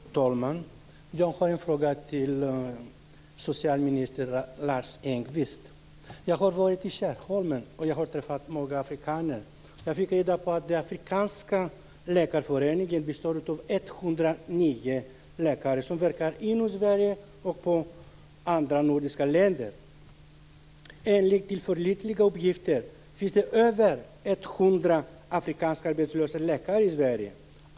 Fru talman! Jag har en fråga till socialminister Jag har varit i Skärholmen och träffat många afrikaner. Jag fick reda på att den afrikanska läkarföreningen består av 109 läkare som verkar inom Sverige och i andra nordiska länder. Enligt tillförlitliga uppgifter finns det över 100 afrikanska arbetslösa läkare i Sverige.